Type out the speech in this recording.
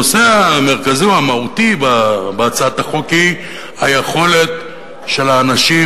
הנושא המרכזי או המהותי בהצעת החוק הוא היכולת של האנשים